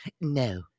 no